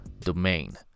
domain